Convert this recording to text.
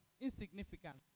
insignificant